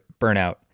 burnout